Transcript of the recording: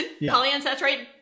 Polyunsaturated